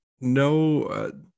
No